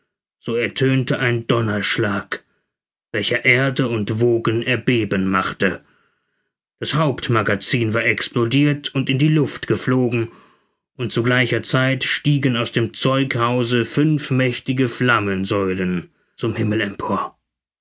so ertönte ein donnerschlag welcher erde und wogen erbeben machte das hauptmagazin war explodirt und in die luft geflogen und zu gleicher zeit stiegen aus dem zeughause fünf mächtige flammensäulen zum himmel empor